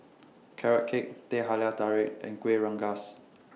Carrot Cake Teh Halia Tarik and Kueh Rengas